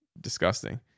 disgusting